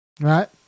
Right